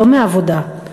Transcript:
לא מעבודה.